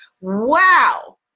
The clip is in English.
Wow